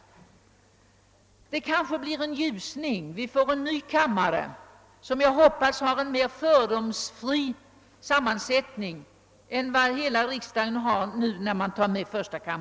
Det kanske blir en ljusning när vi får en ny kammare, som jag hoppas har en mer fördomsfri sammansättning än vad riksdagen totalt har nu.